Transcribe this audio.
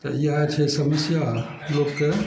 तऽ इएह छै समस्या लोकके